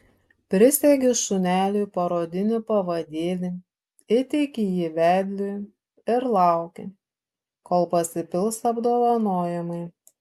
prisegi šuneliui parodinį pavadėlį įteiki jį vedliui ir lauki kol pasipils apdovanojimai